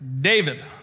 David